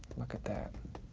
look at that.